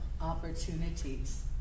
opportunities